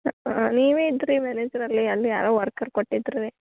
ಹಾಂ ನೀವೇ ಇದ್ರಿ ಮ್ಯಾನೇಜರ್ ಅಲ್ಲಿ ಅಲ್ಲಿ ಯಾರೂ ವರ್ಕರ್ ಕೊಟ್ಟಿದ್ದರು ರೀ